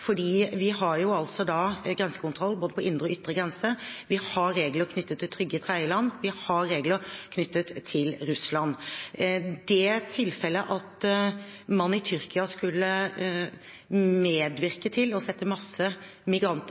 vi har grensekontroll på både indre og ytre grense, vi har regler knyttet til trygge tredjeland, og vi har regler knyttet til Russland. Det tilfellet at man i Tyrkia skulle medvirke til å sende masse migranter